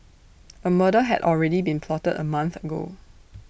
A murder had already been plotted A month ago